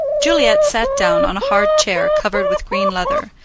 juliet sat down on a hard chair covered with green leather,